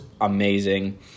amazing